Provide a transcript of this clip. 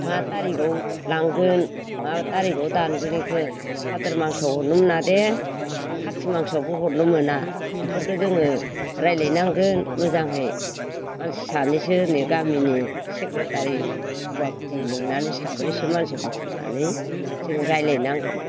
मा थारिखाव लांगोन मा थारिखाव दानगोन इखौ बाद्र' मासाव हरनो मोना दे खार्थि मासावबो हरनो मोना बेफोरखौ जोङो रायलायनांगोन मोजाङै मानसि सानैसो गामिनि सेक्रेटारि हौवाफुथि लेंनानै साब्रैसो मानसि बुथुमनानै जों रायलाय नांगोन